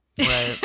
right